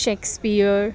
shakespeare